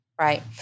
Right